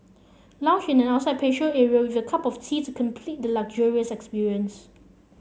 lounge in an outside patio area with a cup of teas complete the luxurious experience